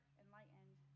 enlightened